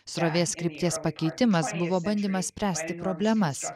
srovės krypties pakeitimas buvo bandymas spręsti problemas